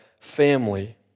family